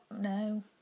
no